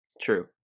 True